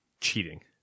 cheating